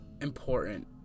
important